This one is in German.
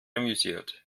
amüsiert